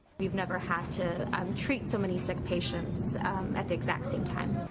we never have to um treat so many sick patients at the exact same time.